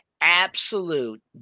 absolute